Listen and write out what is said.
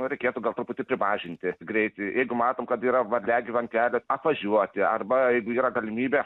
reikėtų gal truputį primažinti greitį jeigu matom kad yra varliagyvių ant kelio apvažiuoti arba jeigu yra galimybė